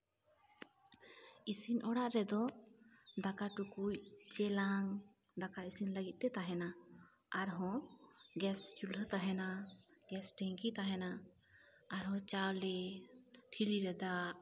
ᱤᱥᱤᱱ ᱚᱲᱟᱜ ᱨᱮᱫᱚ ᱫᱟᱠᱟ ᱴᱩᱠᱩᱡ ᱪᱮᱞᱟᱝ ᱫᱟᱠᱟ ᱤᱥᱤᱱ ᱞᱟᱹᱜᱤᱫᱛᱮ ᱛᱟᱦᱮᱱᱟ ᱟᱨᱦᱚᱸ ᱜᱮᱥ ᱪᱩᱞᱦᱟᱹ ᱛᱟᱦᱮᱱᱟ ᱜᱮᱥ ᱴᱮᱝᱠᱤ ᱛᱟᱦᱮᱱᱟ ᱟᱨᱦᱚᱸ ᱪᱟᱣᱞᱮ ᱴᱷᱤᱞᱤ ᱨᱮ ᱫᱟᱜ